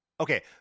Okay